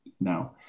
Now